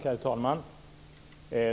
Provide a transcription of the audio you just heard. Herr talman!